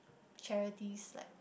charities like